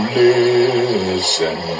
listen